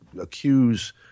accuse